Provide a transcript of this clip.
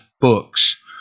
books